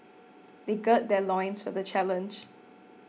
they gird their loins for the challenge